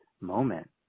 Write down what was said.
moment